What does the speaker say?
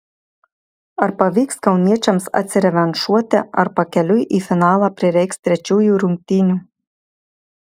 ar pavyks kauniečiams atsirevanšuoti ar pakeliui į finalą prireiks trečiųjų rungtynių